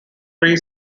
tree